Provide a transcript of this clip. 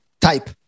type